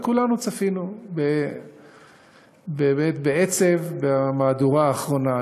וכולנו צפינו באמת בעצב במהדורה האחרונה.